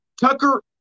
Tucker